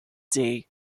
day